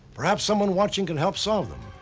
perhaps someone watching can help solve them,